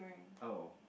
oh